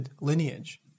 lineage